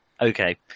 Okay